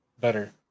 better